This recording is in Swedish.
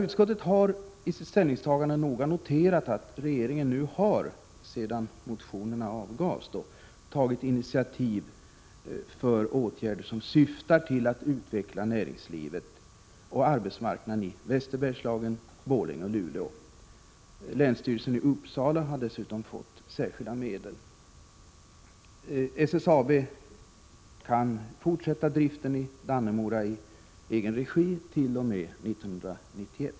Utskottet har i sitt ställningstagande noga noterat att regeringen nu, sedan motionerna avgavs, har tagit initiativ för åtgärder, som syftar till att utveckla näringslivet och arbetsmarknaden i västra Bergslagen, Borlänge och Luleå. Länsstyrelsen i Uppsala har dessutom fått särskilda medel.